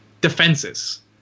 defenses